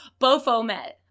Bofomet